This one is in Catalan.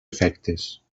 efectes